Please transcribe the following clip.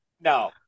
no